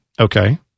Okay